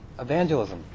evangelism